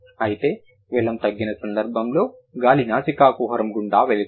అయితే వెలమ్ తగ్గిన సందర్భంలో గాలి నాసికా కుహరం గుండా వెళుతుంది